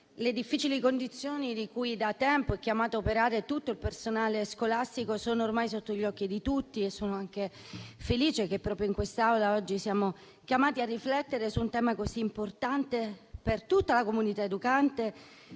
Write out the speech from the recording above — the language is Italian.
le difficili condizioni in cui da tempo è chiamato a operare tutto il personale scolastico sono ormai sotto gli occhi di tutti. Sono felice che proprio in quest'Aula oggi siamo chiamati a riflettere su un tema così importante per tutta la comunità educante,